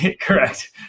correct